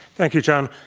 thank you, john.